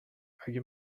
اگه